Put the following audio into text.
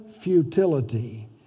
futility